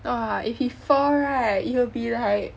!wah! if he fall right you will be like